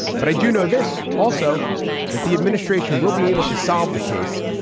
but i do know this also that the administration will be able to solve the case,